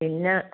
പിന്നെ